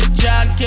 John